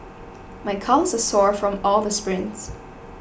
my calves are sore from all the sprints